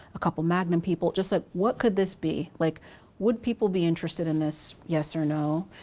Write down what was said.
a couple of magnum people, just like what could this be? like would people be interested in this, yes or no.